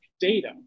Data